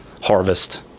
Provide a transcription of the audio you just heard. harvest